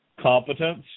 competence